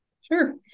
Sure